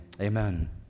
Amen